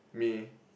me